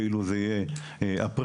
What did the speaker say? כאילו זה יהיה אפריל,